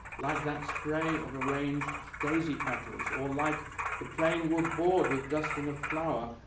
like that spray of arranged daisy petals, or like the plain wood board with dusting of flour,